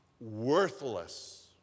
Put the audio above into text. worthless